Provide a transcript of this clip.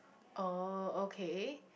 oh okay